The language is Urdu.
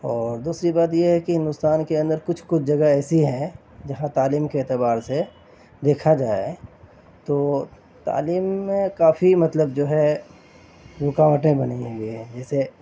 اور دوسری بات یہ ہے کہ ہندوستان کے اندر کچھ کچھ جگہ ایسی ہیں جہاں تعلیم کے اعتبار سے دیکھا جائے تو تعلیم میں کافی مطلب جو ہے رکاوٹیں بنی ہوئی ہیں جیسے